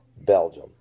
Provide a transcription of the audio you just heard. Belgium